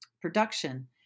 production